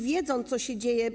Wiedzą, co się dzieje.